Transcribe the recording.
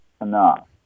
Enough